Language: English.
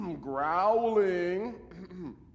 growling